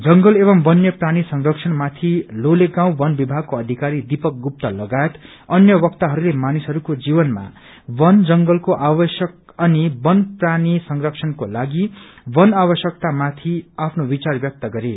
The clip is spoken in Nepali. जंगल एव बन्य प्राणी संरक्षणमाथि लोले गाउँ बन विभागको अधिकारी दिपक गुप्ता लगायत अन्य वक्ताहरूले मानिसहरूको जीवनमा बन जंगलको आवश्यक अनि बन्य प्राणी संरक्षणकोलागि बन आवश्यक्तमाथि आफ्नो विचार ब्यक्त गरे